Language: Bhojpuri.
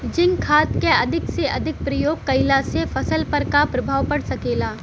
जिंक खाद क अधिक से अधिक प्रयोग कइला से फसल पर का प्रभाव पड़ सकेला?